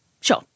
Sure